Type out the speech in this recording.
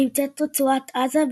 נמצאת רצועת עזה,